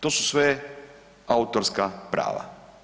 To su sve autorska prava.